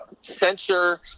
censor